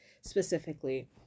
specifically